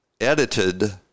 edited